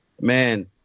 man